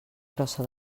grossa